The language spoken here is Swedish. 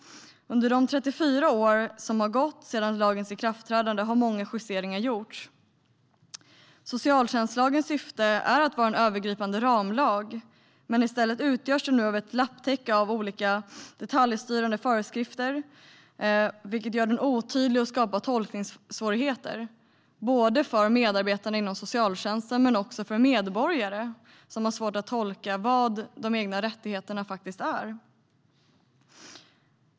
Under de 34 år som gått sedan lagens ikraftträdande har många justeringar gjorts. Socialtjänstlagens syfte är att vara en övergripande ramlag. I stället utgörs den nu av ett lapptäcke av olika detaljstyrande föreskrifter. Det gör den otydlig och skapar tolkningssvårigheter både för medarbetarna inom socialtjänsten men också för medborgare som har svårt att tolka vad de egna rättigheterna är.